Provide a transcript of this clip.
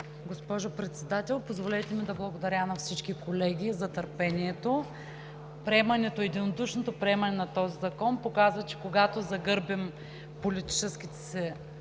Госпожо Председател, позволете ми да благодаря на всички колеги за приемането. Единодушното приемане на този закон показа, че когато загърбим политическите си